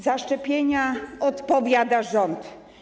Za szczepienia odpowiada rząd.